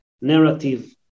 narrative